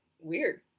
weird